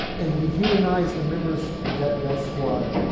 and to dehumanize the members of that death squad.